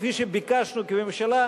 כפי שביקשנו כממשלה,